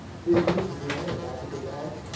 didn't need to do any of that, because ed